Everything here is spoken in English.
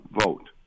vote